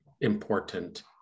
important